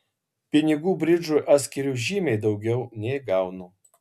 pinigų bridžui aš skiriu žymiai daugiau nei gaunu